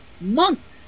months